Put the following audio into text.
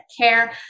care